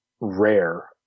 rare